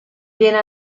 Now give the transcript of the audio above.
viene